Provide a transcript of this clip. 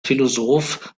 philosoph